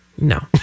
No